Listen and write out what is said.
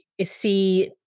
see